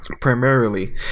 primarily